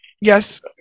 yes